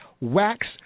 Wax